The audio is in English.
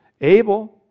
Abel